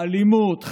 האלימות,